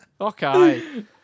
Okay